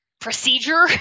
procedure